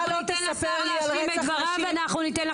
אתה לא תספר לי על רצח נשים ואני אודיע